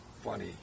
funny